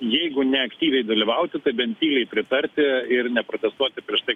jeigu ne aktyviai dalyvauti tai bent tyliai pritarti ir neprotestuoti prieš tai